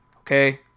Okay